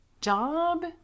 job